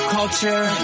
culture